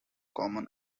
common